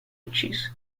ucciso